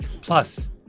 Plus